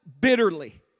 bitterly